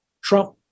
Trump